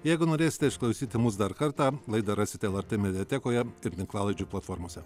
jeigu norėsite išklausyti mus dar kartą laidą rasite lrt mediatekoje ir tinklalaidžių platformose